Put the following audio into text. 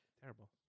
Terrible